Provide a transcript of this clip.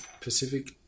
Pacific